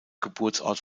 geburtsort